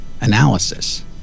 analysis